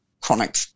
chronic